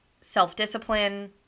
Self-discipline